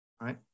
right